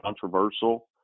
controversial